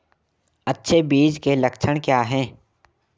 अच्छे बीज के लक्षण क्या हैं?